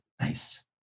Nice